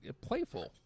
playful